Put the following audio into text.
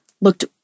looked